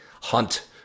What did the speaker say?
hunt